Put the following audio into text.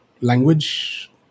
language